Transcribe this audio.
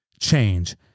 change